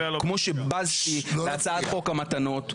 כמו שבזתי להצעת חוק המתנות.